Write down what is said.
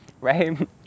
right